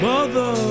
Mother